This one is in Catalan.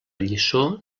lliçó